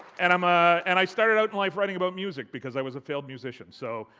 and um ah and i started out in life writing about music because i was a failed musician. so,